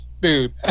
Dude